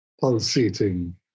pulsating